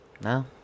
No